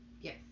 Yes